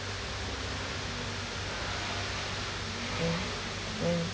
mm mm